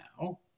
now